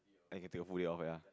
I can take a full day off ya